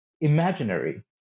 imaginary